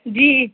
جی